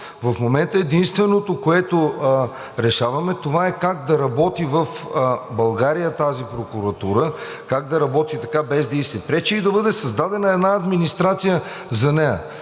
В момента единственото, което решаваме, това е как да работи в България тази прокуратура, как да работи, без да ѝ се пречи и да бъде създадена една администрация за нея.